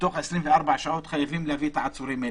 שתוך 24 שעות חייבים להביא את העצורים האלה.